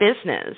business